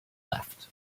left